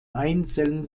einzeln